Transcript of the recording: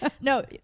No